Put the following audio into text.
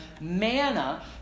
manna